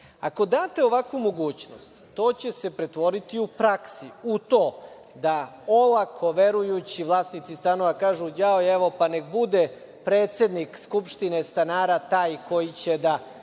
date ovakvu mogućnost, to će se pretvoriti u praksi u to da olako verujući vlasnici stanova kažu – jao, evo, pa nek bude predsednik skupštine stanara taj koji će da